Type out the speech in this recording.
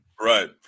Right